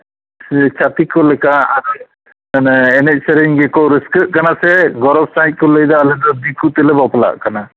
ᱪᱷᱟ ᱛᱤᱠ ᱠᱚ ᱞᱮᱠᱟ ᱢᱟᱱᱮ ᱮᱱᱮᱡ ᱥᱮᱨᱮᱧ ᱜᱮᱠᱚ ᱨᱟᱹᱥᱠᱟᱹᱜ ᱠᱟᱱᱟ ᱥᱮ ᱜᱚᱨᱚᱵᱽ ᱥᱟᱺᱦᱤᱡ ᱠᱚ ᱞᱟᱹᱭᱫᱟ ᱟᱞᱮ ᱫᱚ ᱫᱤᱠᱩ ᱛᱮᱞᱮ ᱵᱟᱯᱞᱟᱜ ᱠᱟᱱᱟ